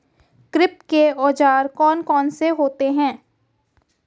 कृषि के औजार कौन कौन से होते हैं?